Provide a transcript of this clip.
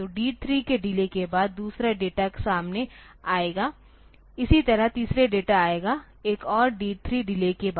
तो D3 की delay के बाद दूसरा डेटा सामने आएगा इसी तरह तीसरे डेटा आएगा एक और D 3 डिले के बाद